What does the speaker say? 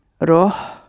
roh